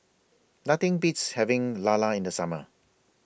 Nothing Beats having Lala in The Summer